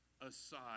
aside